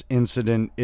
incident